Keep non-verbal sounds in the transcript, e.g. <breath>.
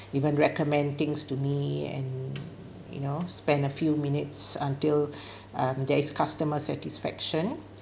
even recommend things to me and you know spend a few minutes until <breath> um there is customer satisfaction